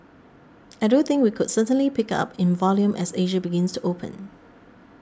I do think we could certainly pick up in volume as Asia begins to open